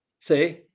See